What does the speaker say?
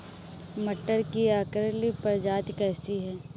मटर की अर्किल प्रजाति कैसी है?